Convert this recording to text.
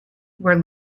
where